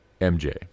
MJ